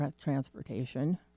transportation